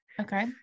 Okay